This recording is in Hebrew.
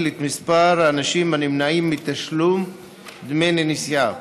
את מספר האנשים הנמנעים מתשלום דמי נסיעה,